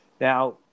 Now